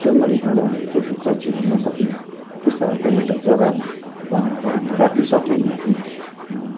जङ्गली जनावरहरू चाहिँ भित्र छिर्नु नसक्ने त्यस्तो खालको एउटा जग्गा बनाएर हामीले राख्न सक्यौँ भने चाहिँ